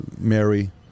Mary